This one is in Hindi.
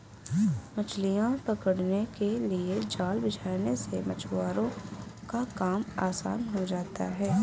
मछलियां पकड़ने के लिए जाल बिछाने से मछुआरों का काम आसान हो जाता है